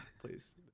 please